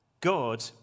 God